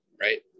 right